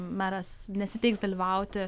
meras nesiteiks dalyvauti